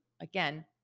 again